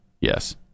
Yes